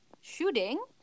shooting